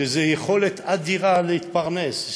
זו יכולת אדירה להתפרנס,